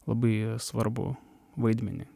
labai svarbų vaidmenį